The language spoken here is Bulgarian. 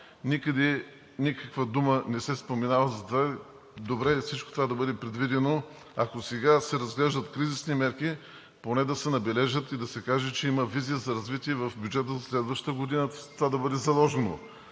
Никъде никаква дума не се споменава. Добре е всичко това да бъде предвидено. Ако сега се разглеждат кризисни мерки, поне да се набележат и да се каже, че има визия за развитие в бюджета за следващата година това да бъде заложено.